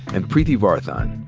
and preeti varathan.